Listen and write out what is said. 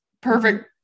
perfect